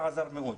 דבר שעזר מאוד.